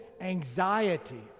anxiety